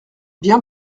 bien